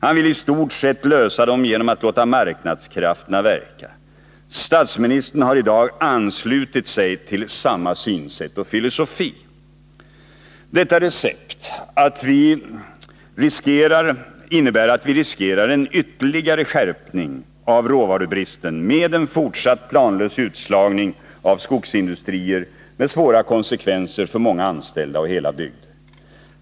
Han vill i stort sett lösa dem genom att låta marknadskrafterna verka. Statsministern har i dag anslutit sig till samma synsätt och filosofi. Detta recept innebär att vi riskerar en ytterligare skärpning av råvarubristen och därmed en fortsatt planlös utslagning av skogsindustrier, med svåra konsekvenser för många anställda och hela bygder.